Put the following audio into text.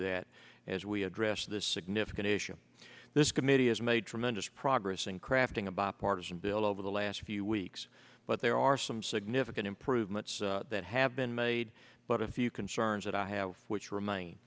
that as we address this significant issue this committee has made tremendous progress in crafting a bipartisan bill over the last few weeks but there are some significant improvements that have been made but a few concerns that i have which remain